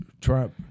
Trump